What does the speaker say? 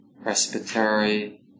respiratory